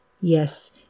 Yes